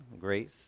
grace